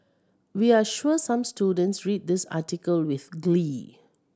we're sure some students read this article with glee